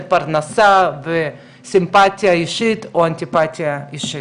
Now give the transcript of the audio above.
פרנסה וסימפתיה אישית או אנטיפטיה אישית.